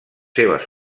seves